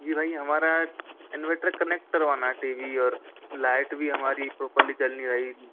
जी भाई हमारा inverter connect करवाना है टी वी और लाइट भी हमारी प्रॉपरली जल नहीं रही